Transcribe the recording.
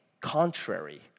Contrary